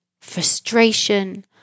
frustration